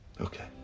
Okay